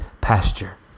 pasture